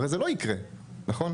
הרי זה לא יקרה, נכון?